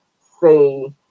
say